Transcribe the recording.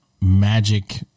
magic